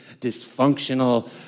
dysfunctional